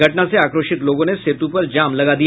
घटना से आक्रोशित लोगों ने सेतु पर जाम लगा दिया